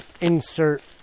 insert